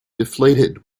deflated